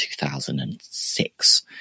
2006